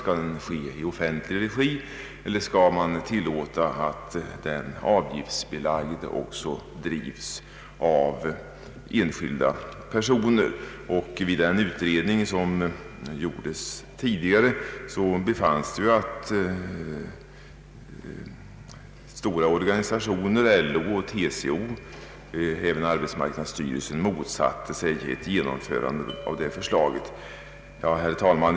Skall den ske i offentlig regi eller skall man tillåta att avgiftsbelagd förmedling också bedrivs av enskilda personer? Vid den utredning som gjordes tidigare befanns det att stora organisationer som LO och TCO samt även arbetsmarknadsstyrelsen motsatte sig ett genomförande av förslaget i motionerna. Herr talman!